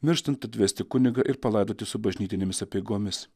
mirštant atvesti kunigą ir palaidoti su bažnytinėmis apeigomis